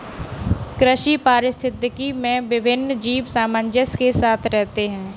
कृषि पारिस्थितिकी में विभिन्न जीव सामंजस्य के साथ रहते हैं